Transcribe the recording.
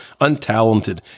untalented